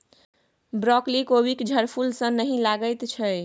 broccoli कोबीक झड़फूल सन नहि लगैत छै